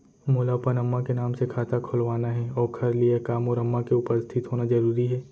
मोला अपन अम्मा के नाम से खाता खोलवाना हे ओखर लिए का मोर अम्मा के उपस्थित होना जरूरी हे?